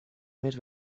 més